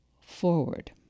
forward